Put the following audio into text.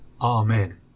Amen